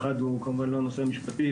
אחד הוא כמובן לא הנושא המשפטי,